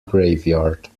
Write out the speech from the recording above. graveyard